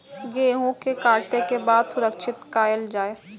गेहूँ के काटे के बाद सुरक्षित कायल जाय?